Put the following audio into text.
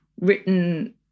written